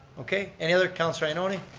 okay, any other, councilor ioannoni.